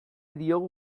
diogu